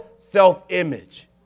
self-image